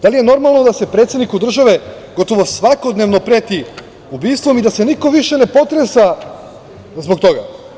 Da li je normalno da se predsedniku države gotovo svakodnevno preti ubistvom i da se niko više ne potresa zbog toga?